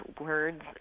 words